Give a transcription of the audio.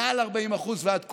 מעל 40% ועד,